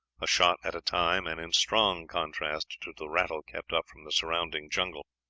a shot at a time and in strong contrast to the rattle kept up from the surrounding jungle